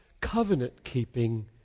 covenant-keeping